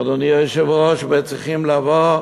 אדוני היושב-ראש, וצריכים לבוא,